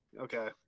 Okay